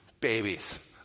Babies